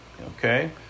okay